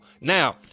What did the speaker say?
Now